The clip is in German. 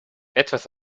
etwas